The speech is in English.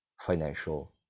financial